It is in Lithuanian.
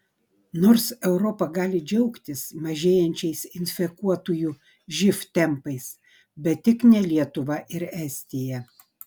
nors europa gali džiaugtis mažėjančiais infekuotųjų živ tempais bet tik ne lietuva ir estija